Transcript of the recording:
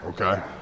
Okay